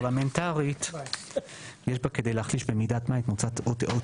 פרלמנטרית יש בה כדי להחליש במידת מה את עוצמת